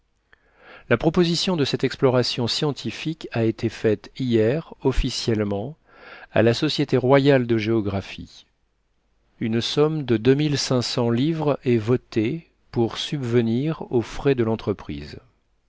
la proposition de cette exploration scientifique a été faite hier officiellement à la société royale de géographie une somme de deux mille cinq cents livres est votée pour subvenir aux frais de l'entreprise